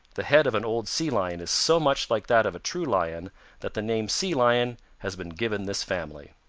the head of an old sea lion is so much like that of a true lion that the name sea lion has been given this family.